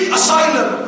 asylum